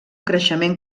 creixement